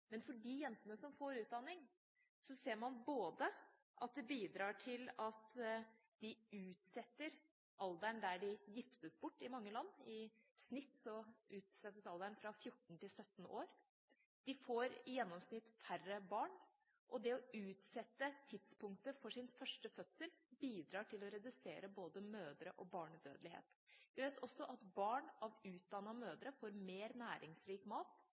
men for de jentene som får utdanning, ser man at det bidrar til at det utsetter alderen for når de giftes bort i mange land. I snitt utsettes alderen fra 14 år til 17 år, de får i gjennomsnitt færre barn, og det å utsette tidspunktet for første fødsel bidrar til å redusere både mødre- og barnedødelighet. Vi vet også at barn av utdannede mødre får mer næringsrik mat,